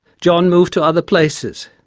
john moved to other places,